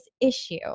issue